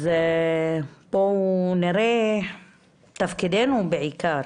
תפקידנו בעיקר,